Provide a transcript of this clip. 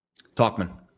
Talkman